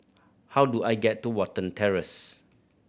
how do I get to Watten Terrace